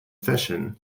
fission